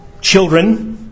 Children